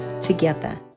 together